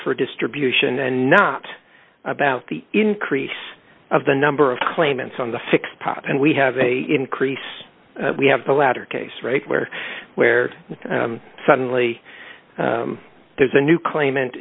for distribution and not about the increase of the number of claimants on the fixed prop and we have a increase we have the latter case right where where suddenly there's a new claimant